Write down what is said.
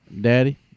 Daddy